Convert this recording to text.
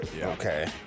Okay